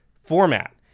format